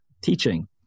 teaching